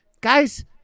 guys